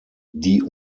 die